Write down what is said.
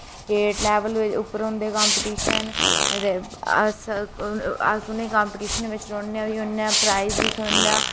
state level पर होंदे competition ते अस ते अस उ'नें कंपीटिशन बिच रौह्ने बी होन्ने आं ते प्राईज़ बी थ्होंदा